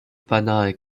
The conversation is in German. banal